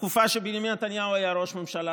בתקופה שבנימין נתניהו היה ראש ממשלה?